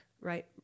right